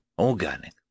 organic